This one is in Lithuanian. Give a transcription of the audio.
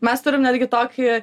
mes turim netgi tokį